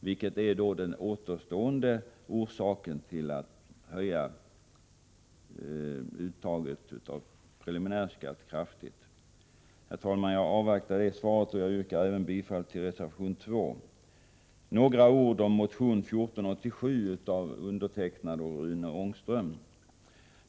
Det är den återstående orsaken till att kraftigt höja uttaget av preliminärskatt. Herr talman! Jag avvaktar svaret och yrkar bifall till reservation 2. Avslutningsvis skall jag säga några ord om motion 1487 av mig och Rune Ångström.